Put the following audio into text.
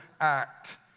act